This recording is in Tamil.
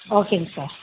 ஓகேங்க சார்